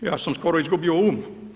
Ja sam skoro izgubio um.